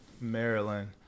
Maryland